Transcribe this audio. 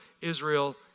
Israel